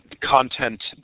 content